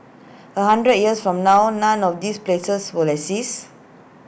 A hundred years from now none of these places will exist